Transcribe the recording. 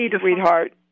sweetheart